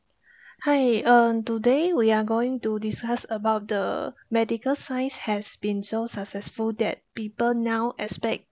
hi uh today we are going to discuss about the medical science has been so successful that people now expect